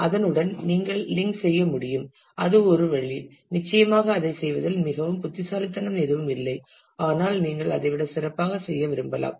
அதனுடன் நீங்கள் லிங்க் செய்ய முடியும் அது ஒரு வழி நிச்சயமாக அதைச் செய்வதில் மிகவும் புத்திசாலிதனம் எதுவும் இல்லை ஆனால் நீங்கள் அதை விட சிறப்பாக செய்ய விரும்பலாம்